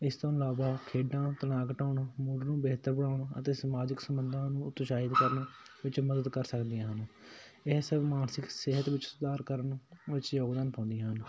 ਇਸ ਤੋਂ ਇਲਾਵਾ ਖੇਡਾਂ ਤਣਾਅ ਘਟਾਉਣ ਮੂਡ ਨੂੰ ਬਿਹਤਰ ਬਣਾਉਣ ਅਤੇ ਸਮਾਜਿਕ ਸੰਬੰਧਾਂ ਨੂੰ ਉਤਸ਼ਾਹਿਤ ਕਰਨ ਵਿਚ ਮਦਦ ਕਰ ਸਕਦੀਆਂ ਇਸ ਮਾਨਸਿਕ ਸਿਹਤ ਵਿੱਚ ਸੁਧਾਰ ਕਰਨ ਵਿਚ ਯੋਗਦਾਨ ਪਾਉਂਦੀਆਂ ਹਨ